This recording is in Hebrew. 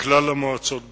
לכלל המועצות באיו"ש.